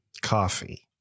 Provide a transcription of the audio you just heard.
Coffee